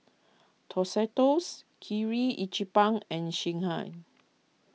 Tostitos Kirin Ichiban and Singha